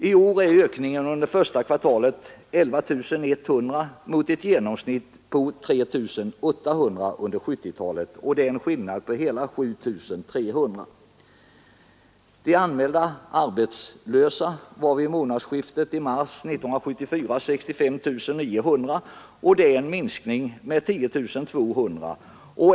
I år är ökningen under första kvartalet 11 100 mot ett genomsnitt på 3 800 under 1970-talet. Det är en skillnad på hela 7 300. Antalet anmälda arbetslösa var vid månadsräkningen i mars i år 65 900, vilket innebär en minskning med 9 200.